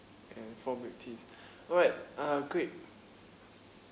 and four milk teas alright uh great